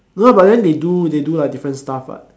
no but then they do they do like different stuff what